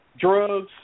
drugs